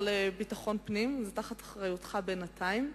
לביטחון פנים, זה באחריותך בינתיים,